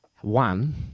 one